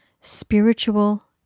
spiritual